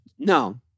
No